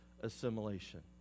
assimilation